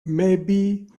maybe